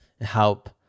help